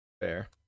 Fair